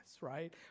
right